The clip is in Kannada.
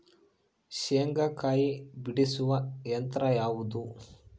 ಶೇಂಗಾಕಾಯಿ ಬಿಡಿಸುವ ಯಂತ್ರ ಯಾವುದು?